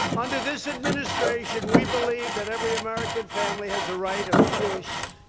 under this administration, we believe that every american family has the right of chooshe.